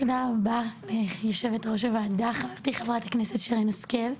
תודה רבה יושבת ראש הועדה חברתי חברת הכנסת שרן השכל,